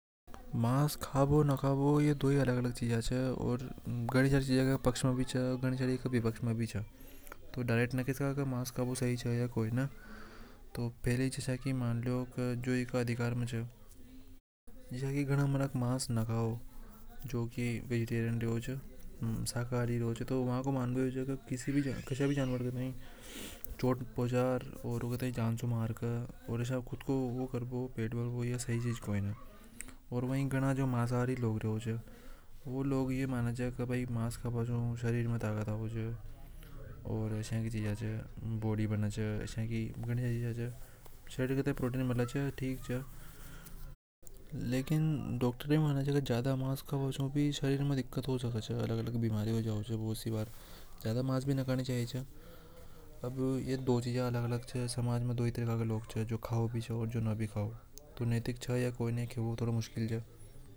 मांस खाने नि खानों दोनों अलग अलग चीजा च। घना सारा केव मांस खा बो सही च या नि छाया की मन लो नरा एके पश्क में च नरा मानक शाकाहारी रेवे च तो व क मानव यो च की कोई भी जानवर ए मर के अपनी पेट भरवी सही नि करेवा च। भी घना मांसाहारी लोग च उनके। हिसाब से मांस खाने ताकत आवे च ओर आशय की चीजा से। बॉडी बने च लेकिन डॉक्टर भी ये माने च की ज्यादा मांस खाना से बीमारी हो जावे च अब ये दो तरीका के लोग च जो खावे ओर न भी खावे तो कहना मुश्किल हे कि नैतिक च या अनैतिक।